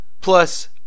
plus